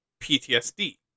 PTSD